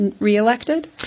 reelected